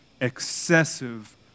excessive